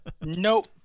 Nope